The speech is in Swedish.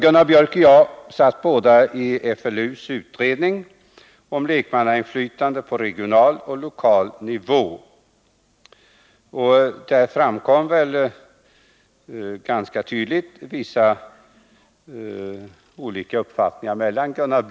Gunnar Björk och jag satt båda i FLU:s utredning om lekmannainflytande på regional och lokal nivå, och där framkom väl ganska tydligt vissa olika uppfattningar mellan oss.